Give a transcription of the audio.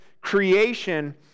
creation